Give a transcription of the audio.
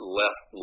left